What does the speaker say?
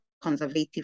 Conservative